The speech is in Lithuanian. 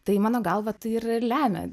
tai mano galva tai ir lemia